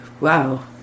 Wow